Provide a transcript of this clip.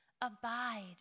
Abide